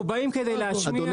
אנחנו באים כדי להשמיע.